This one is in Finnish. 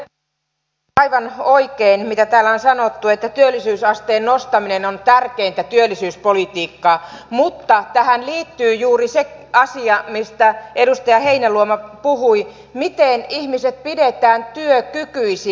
on aivan oikein mitä täällä on sanottu että työllisyysasteen nostaminen on tärkeintä työllisyyspolitiikkaa mutta tähän liittyy juuri se asia mistä edustaja heinäluoma puhui miten ihmiset pidetään työkykyisinä